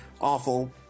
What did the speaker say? awful